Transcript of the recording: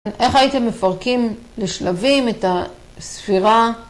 איך הייתם מפרקים לשלבים את הספירה?